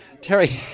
Terry